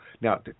Now